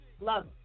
Love